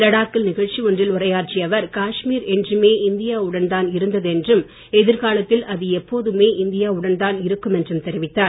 லடாக்கில் நிகழ்ச்சி ஒன்றில் உரையாற்றிய அவர் காஷ்மீர் என்றுமே இந்தியா உடன்தான் இருந்து என்றும் எதிர்காலத்தில் அது எப்போதுமே இந்தியா உடன்தான் இருக்கும் என்றும் தெரிவித்தார்